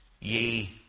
ye